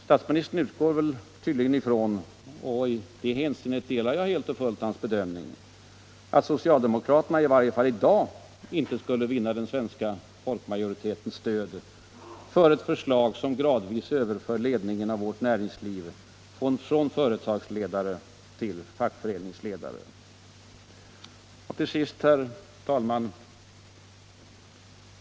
Statsministern utgår tydligen ifrån — och i det hänseendet delar jag helt och fullt hans bedömning — att socialdemokraterna i varje fall i dag inte skulle vinna den svenska folkmajoritetens stöd för ett förslag som gradvis överför ledningen av vårt näringsliv från företagsledare till fackföreningsledare. Herr talman!